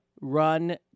run